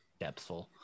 depthful